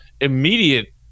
immediate